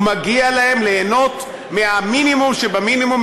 ומגיע להם ליהנות מהמינימום שבמינימום,